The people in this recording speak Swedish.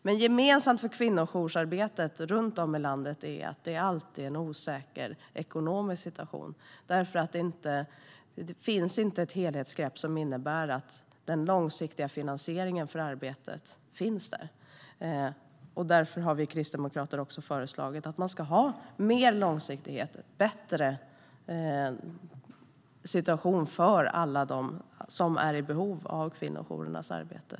Men gemensamt för kvinnojoursarbetet runt om i landet är att det alltid är en osäker ekonomisk situation för jourerna. Det tas inte ett helhetsgrepp som innebär att det finns en långsiktig finansiering av arbetet. Därför har vi kristdemokrater föreslagit att man ska ha mer långsiktighet och en bättre situation för alla som är i behov av kvinnojourernas arbete.